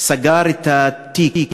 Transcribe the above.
סגר את התיק